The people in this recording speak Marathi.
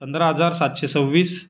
पंधरा हजार सातशे सव्वीस